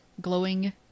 glowing